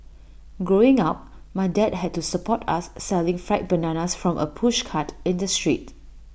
growing up my dad had to support us selling fried bananas from A pushcart in the street